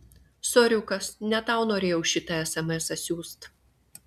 soriukas ne tau norėjau šitą esemesą siųst